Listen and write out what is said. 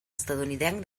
estatunidenc